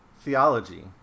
theology